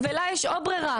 ולה יש בררה,